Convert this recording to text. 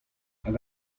hag